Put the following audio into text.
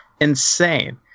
insane